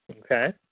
Okay